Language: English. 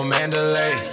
Mandalay